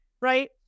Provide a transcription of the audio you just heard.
right